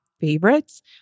favorites